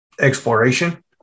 exploration